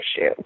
issue